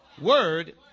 word